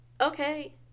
Okay